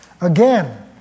Again